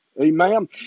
Amen